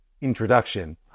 introduction